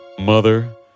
Mother